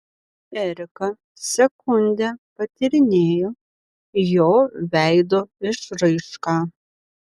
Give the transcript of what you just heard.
erika sekundę patyrinėjo jo veido išraišką